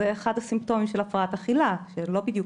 זה אחד הסימפטומים של הפרעת אכילה, שלא בדיוק